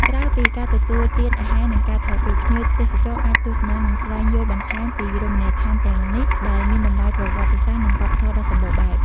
ក្រៅពីការទទួលទានអាហារនិងការថតរូប ភ្ញៀវទេសចរអាចទស្សនានិងស្វែងយល់បន្ថែមពីរមណីយដ្ឋានទាំងនេះដែលមានតម្លៃប្រវត្តិសាស្ត្រនិងវប្បធម៌ដ៏សម្បូរបែប។